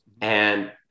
And-